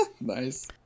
Nice